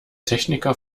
techniker